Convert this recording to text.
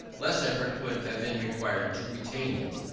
less effort would have been required to retain it,